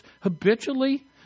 habitually